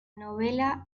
novela